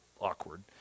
awkward